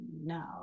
no